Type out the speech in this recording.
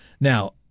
Now